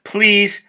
Please